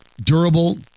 Durable